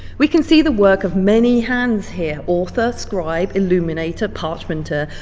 we can see the work of many hands here author, scribe, illuminator, parchmenter,